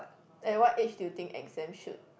at what age do you think exams should